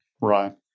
Right